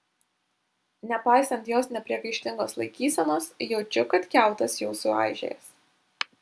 nepaisant jos nepriekaištingos laikysenos jaučiu kad kiautas jau suaižėjęs